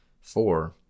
Four